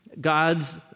God's